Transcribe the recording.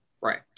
Right